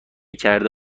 کرده